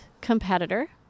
competitor